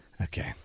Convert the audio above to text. Okay